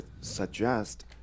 suggest